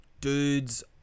dudes